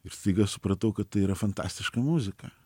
ir staiga supratau kad tai yra fantastiška muzika